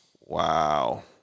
Wow